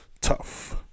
tough